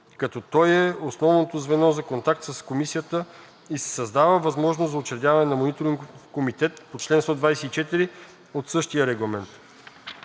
като той е основното звено за контакт с Комисията, и се създава възможност за учредяване на мониторингов комитет по чл. 124 от същия регламент.